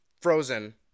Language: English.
frozen